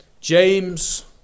James